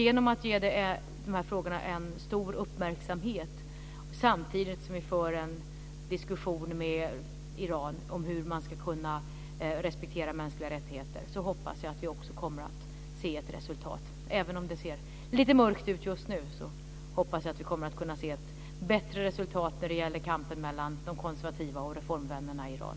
Genom att ge frågorna stor uppmärksamhet samtidigt som vi för en diskussion med Iran om hur man ska kunna respektera mänskliga rättigheter, hoppas jag att vi ska kunna se ett resultat. Även om det ser lite mörkt ut just nu hoppas jag att vi kommer att kunna se ett bättre resultat när det gäller kampen mellan de konservativa och reformvännerna i Iran.